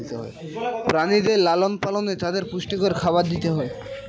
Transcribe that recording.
প্রাণীদের লালন পালনে তাদের পুষ্টিকর খাবার দিতে হয়